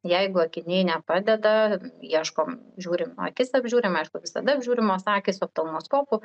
jeigu akiniai nepadeda ieškom žiūrim akis apžiūrim aišku visada apžiūrimos akys oftalmoskopu